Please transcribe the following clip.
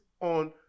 on